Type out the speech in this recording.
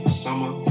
summer